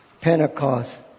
Pentecost